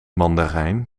mandarijn